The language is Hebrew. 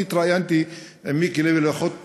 אני התראיינתי עם מיקי לוי לפחות פעמיים.